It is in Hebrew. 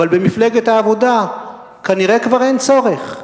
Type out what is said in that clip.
אבל במפלגת העבודה כנראה כבר אין צורך,